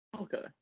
Okay